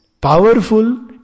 powerful